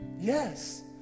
Yes